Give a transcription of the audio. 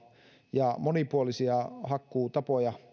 ja monipuolisia hakkuutapoja